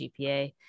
gpa